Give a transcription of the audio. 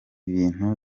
bintu